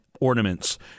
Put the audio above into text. ornaments